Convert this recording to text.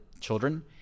children